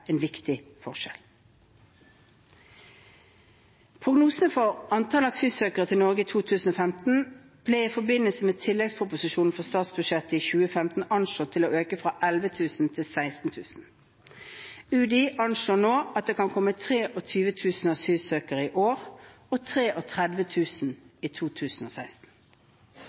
en viktig forskjell. Prognosene for antall asylsøkere til Norge i 2015 ble i forbindelse med tilleggsproposisjonen til statsbudsjettet for 2015 anslått til å øke fra 11 000 til 16 000. UDI anslår nå at det kan komme 23 000 asylsøkere i år og